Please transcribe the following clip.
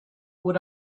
would